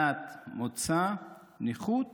דת, מוצא, נכות